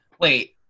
wait